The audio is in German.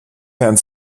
herrn